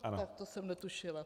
Tak to jsem netušila.